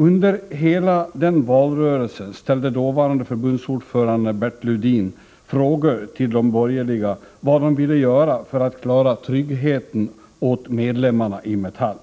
Under hela valrörelsen ställde dåvarande förbundsordföranden Bert Lundin frågor till de borgerliga om vad de vill göra för att säkra tryggheten för medlemmarna i Metall.